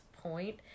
point